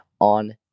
on